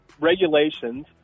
regulations